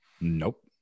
Nope